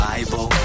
Bible